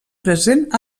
present